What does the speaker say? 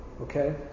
Okay